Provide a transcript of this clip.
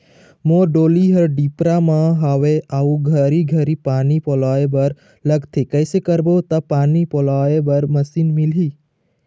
मोर डोली हर डिपरा म हावे अऊ घरी घरी पानी पलोए बर लगथे कैसे करबो त पानी पलोए बर मशीन मिलही?